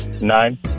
Nine